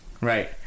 Right